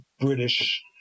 British